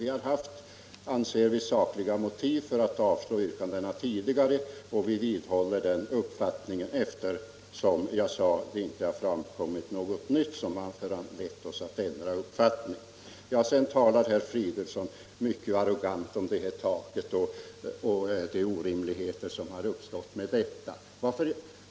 Vi har, anser vi, haft sakliga motiv för att avslå yrkandena tidigare, och vi vidhåller den uppfattningen även nu, eftersom det som jag sade, inte har framkommit någonting nytt i ärendet som har föranlett oss att ändra vår uppfattning. Herr Fridolfsson talade mycket arrogant om borttagandet av socialförsäkringstaket och om de orimligheter som har uppstått med anledning av detta.